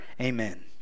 amen